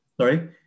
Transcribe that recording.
Sorry